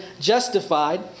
justified